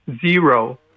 zero